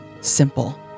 simple